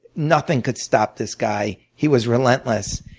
nothing could stop this guy he was relentless.